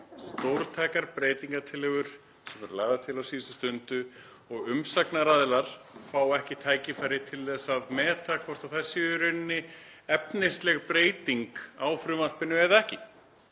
Stórtækar breytingartillögur sem eru lagðar til á síðustu stundu og umsagnaraðilar fá ekki tækifæri til að meta hvort þær séu í rauninni efnisleg breyting á frumvarpinu eða ekki.